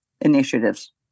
initiatives